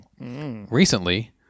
Recently